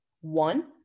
One